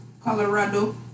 Colorado